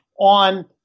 on